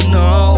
no